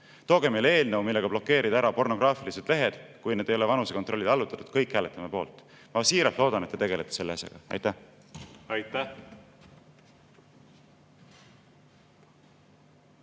Tooge meile eelnõu, millega blokeerida ära pornograafilised lehed, kui need ei ole vanusekontrollile allutatud. Kõik hääletame poolt. Ma siiralt loodan, et te tegelete selle asjaga. Aitäh!